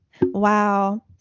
Wow